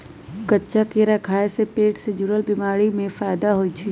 कच्चा केरा खाय से पेट से जुरल बीमारी में फायदा होई छई